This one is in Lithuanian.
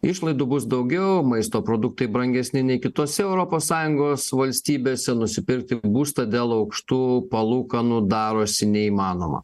išlaidų bus daugiau maisto produktai brangesni nei kitose europos sąjungos valstybėse nusipirkti būstą dėl aukštų palūkanų darosi neįmanoma